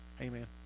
Amen